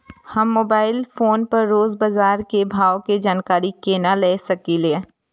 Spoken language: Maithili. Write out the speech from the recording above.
हम मोबाइल फोन पर रोज बाजार के भाव के जानकारी केना ले सकलिये?